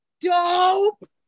dope